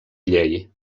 llei